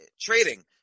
trading